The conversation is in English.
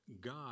God